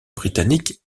britannique